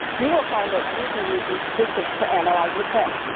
you will find that you can use these statistics for analyzing trends.